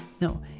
No